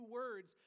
words